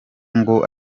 ngo